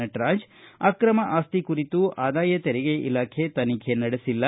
ನಟರಾಜ್ ಅಕ್ರಮ ಆಸ್ತಿ ಕುರಿತು ಆದಾಯ ತೆರಿಗೆ ಇಲಾಖೆ ತನಿಖೆ ನಡೆಸಿಲ್ಲ